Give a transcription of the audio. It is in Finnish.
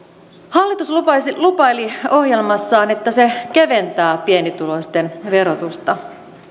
hallitus lupaili lupaili ohjelmassaan että se keventää pienituloisten verotusta